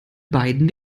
beiden